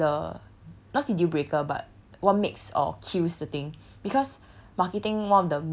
the group project is the not say deal breaker but what makes or accused the thing because